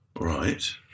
Right